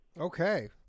okay